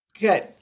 Good